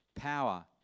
Power